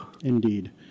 indeed